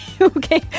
Okay